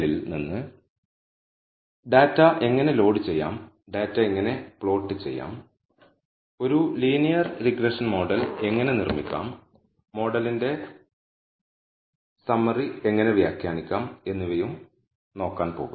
text file നിന്ന് data എങ്ങനെ load ചെയ്യാം ഡാറ്റ എങ്ങനെ പ്ലോട്ട് ചെയ്യാം ഒരു ലീനിയർ റിഗ്രഷൻ മോഡൽ എങ്ങനെ നിർമ്മിക്കാം മോഡലിന്റെ സമ്മറിം എങ്ങനെ വ്യാഖ്യാനിക്കാം എന്നിവയും നോക്കാൻ പോകുന്നു